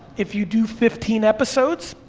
if you do fifteen episodes,